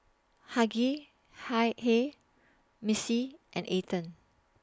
Hughey Hi Hey Missie and Ethen